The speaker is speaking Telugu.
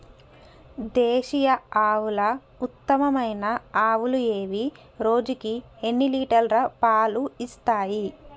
దేశీయ ఆవుల ఉత్తమమైన ఆవులు ఏవి? రోజుకు ఎన్ని లీటర్ల పాలు ఇస్తాయి?